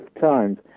times